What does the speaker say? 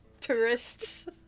tourists